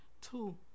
Two